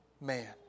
man